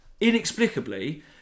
inexplicably